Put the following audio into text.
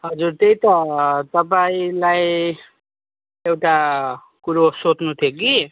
हजुर त्यही त तपाईँलाई एउटा कुरो सोध्नु थियो कि